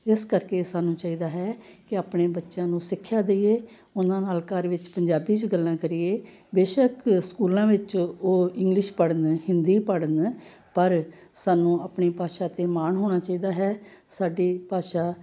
ਇਸ ਕਰਕੇ ਸਾਨੂੰ ਚਾਹੀਦਾ ਹੈ ਕਿ ਆਪਣੇ ਬੱਚਿਆਂ ਨੂੰ ਸਿੱਖਿਆ ਦੇਈਏ ਉਹਨਾਂ ਨਾਲ ਘਰ ਵਿੱਚ ਪੰਜਾਬੀ 'ਚ ਗੱਲਾਂ ਕਰੀਏ ਬੇਸ਼ੱਕ ਸਕੂਲਾਂ ਵਿੱਚ ਉਹ ਇੰਗਲਿਸ਼ ਪੜ੍ਹਨ ਹਿੰਦੀ ਪੜ੍ਹਨ ਪਰ ਸਾਨੂੰ ਆਪਣੀ ਭਾਸ਼ਾ 'ਤੇ ਮਾਣ ਹੋਣਾ ਚਾਹੀਦਾ ਹੈ ਸਾਡੀ ਭਾਸ਼ਾ